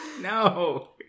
No